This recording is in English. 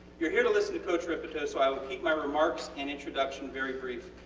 youre here to listen to coach rippetoe so i will keep my remarks and introduction very brief.